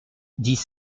dix